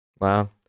Wow